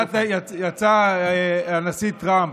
יצא הנשיא טראמפ,